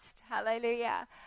hallelujah